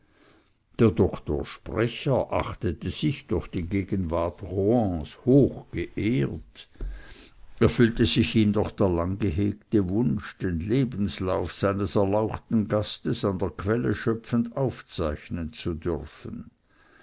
der doktor sprecher achtete sich durch die gegenwart rohans hochgeehrt erfüllte sich ihm doch der langgehegte wunsch den lebenslauf seines erlauchten gastes an der quelle schöpfend aufzeichnen zu dürfen